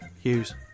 Hughes